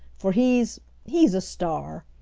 for he's he's a star!